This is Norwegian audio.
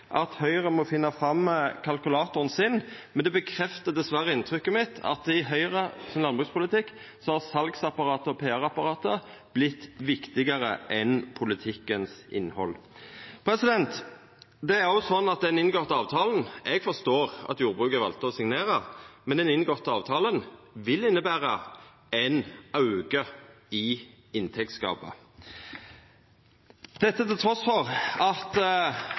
at Høgre må finna fram kalkulatoren sin, men det bekreftar dessverre inntrykket mitt av at i Høgres landbrukspolitikk har salsapparatet og PR-apparatet vorte viktigare enn innhaldet i politikken. Så er det slik at ein har inngått avtalen. Eg forstår at jordbruket valde å signera, men den inngåtte avtalen vil innebera ein auke i inntektsgapet – dette trass i at